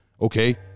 okay